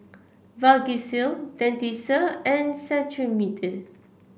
Vagisil Dentiste and Cetrimide